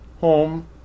home